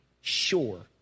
sure